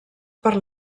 per